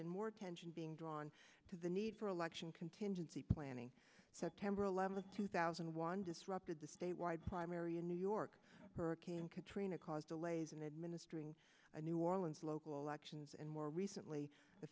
in more attention being drawn to the need for election contingency planning september eleventh two thousand and one disrupted the statewide primary in new york hurricane katrina caused delays in administering a new orleans local elections and more recently the